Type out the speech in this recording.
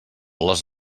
les